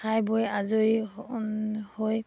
খাই বৈ আজৰি হৈ